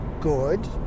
good